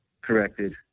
corrected